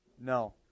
No